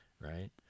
right